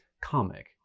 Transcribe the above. comic